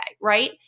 right